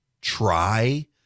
try